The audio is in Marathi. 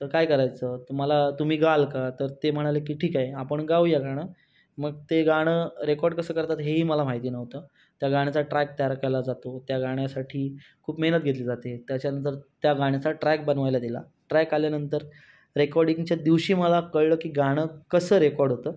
तर काय करायचं तुम्हाला तुम्ही गाल का तर ते म्हणाले की ठीक आहे आपण गाऊया गाणं मग ते गाणं रेकॉर्ड कसं करतात हेही मला माहिती नव्हतं त्या गाण्याचा ट्रॅक तयार केला जातो त्या गाण्यासाठी खूप मेहनत घेतली जाते त्याच्यानंतर त्या गाण्याचा ट्रॅक बनवायला दिला ट्रॅक आल्यानंतर रेकॉर्डिंगच्या दिवशी मला कळलं की गाणं कसं रेकॉर्ड होतं